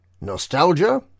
Nostalgia